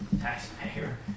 taxpayer